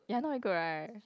ya not very good right